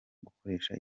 gukoresha